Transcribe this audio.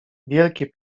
wielkie